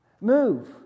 move